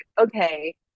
okay